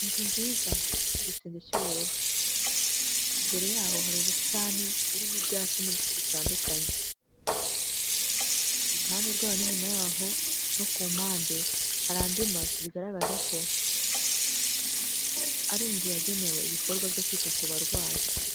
Inzu nziza, ifite igisenge cy'ubururu, imbere yaho hari ubusitani burimo ibyatsi n'ibiti bitandukanye, iruhande rwayo n'inyuma yaho no ku mpande hari andi mazu bigaragaza ko ari inzu yagenewe ibikorwa byo kwita ku barwayi.